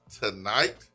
tonight